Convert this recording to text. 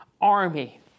army